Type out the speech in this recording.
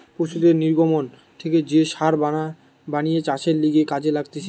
পশুদের নির্গমন থেকে যে সার বানিয়ে চাষের লিগে কাজে লাগতিছে